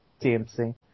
TMC